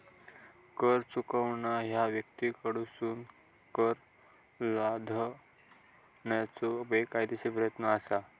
कर चुकवणा ह्या व्यक्तींकडसून कर लादण्याचो बेकायदेशीर प्रयत्न असा